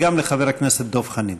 וגם לחבר הכנסת דב חנין.